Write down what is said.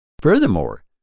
Furthermore